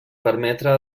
permetre